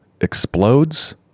Explodes